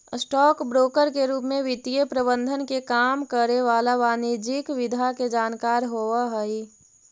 stock broker के रूप में वित्तीय प्रबंधन के काम करे वाला वाणिज्यिक विधा के जानकार होवऽ हइ